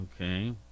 Okay